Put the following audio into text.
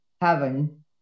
heaven